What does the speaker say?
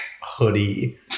hoodie